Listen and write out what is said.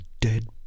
dead